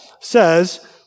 says